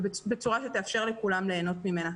בצורה שתאפשר לכולם ליהנות ממנה.